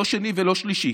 לא שני ולא שלישי.